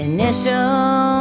Initial